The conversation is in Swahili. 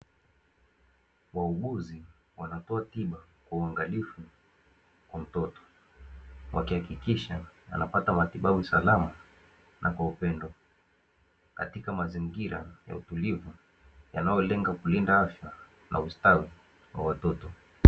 Wauguzi wanatoa tiba kwa uangalifu kwa mtoto wakihakikisha anapata matibabu salama na kwa upendo, katika mazingira ya utulivu yanayolenga kulinda afya na ustawi wa watoto.